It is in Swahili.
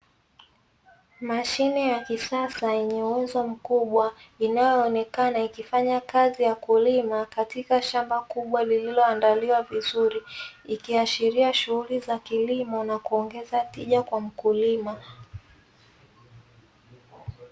Mashine ya kisasa yenye uwezo mkubwa, inayoonekana ikifanya kazi ya kulima katika shamba kubwa lililoandaliwa vizuri ikiaashiria shughuli za kilimo na kuongeza tija kwa mkulima.